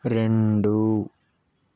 రెండు